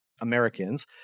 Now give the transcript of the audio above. Americans